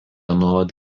nuolat